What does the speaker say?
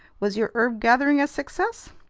was your herb gathering a success?